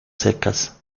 secas